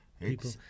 People